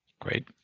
Great